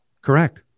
Correct